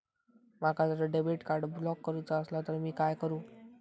माका जर debit card block करूचा असला तर मी काय करू?